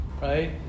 right